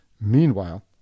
Meanwhile